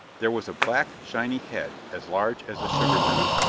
there was a black, shiny head as large as a sugar barrel.